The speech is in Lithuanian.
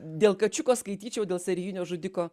dėl kačiuko skaityčiau dėl serijinio žudiko